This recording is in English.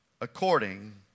according